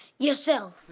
yourself.